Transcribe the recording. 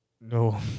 No